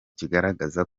kigaragaza